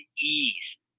ease